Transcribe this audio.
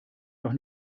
doch